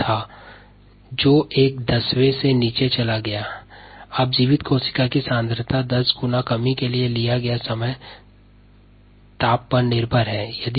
जो समय के साथ मूल मान के दसवें भाग से नीचे चला गया था अब जीवित कोशिका की सांद्रता में 10 गुणा कमी के लिए लिया गया समय तापमान पर निर्भर है